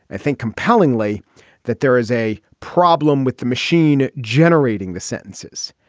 i think compellingly that there is a problem with the machine generating the sentences.